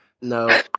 No